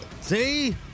See